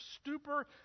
stupor